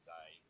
day